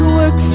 work